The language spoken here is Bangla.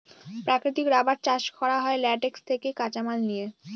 প্রাকৃতিক রাবার চাষ করা হয় ল্যাটেক্স থেকে কাঁচামাল নিয়ে